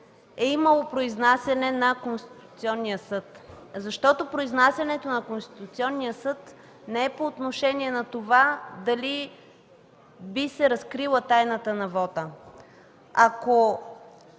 е имало произнасяне на Конституционния съд, защото произнасянето му не е по отношение на това дали би се разкрила тайната на вота. Ако